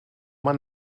man